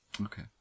Okay